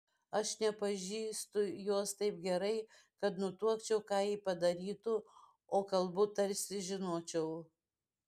aš nepažįstu jos taip gerai kad nutuokčiau ką ji padarytų o kalbu tarsi žinočiau